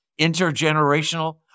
intergenerational